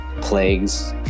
plagues